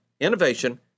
Innovation